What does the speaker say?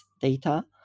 data